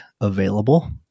available